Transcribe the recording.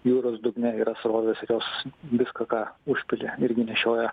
jūros dugne yra srovės ir jos viską ką užpili irgi nešioja